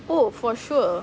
oh for sure